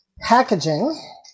packaging